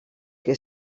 que